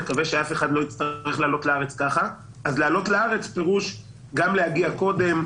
אני מקווה שאף אחד לא יצטרך לעלות לארץ ככה פירוש גם להגיע קודם,